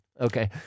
Okay